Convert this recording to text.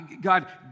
God